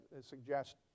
suggest